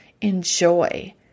enjoy